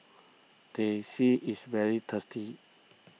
Teh C is very tasty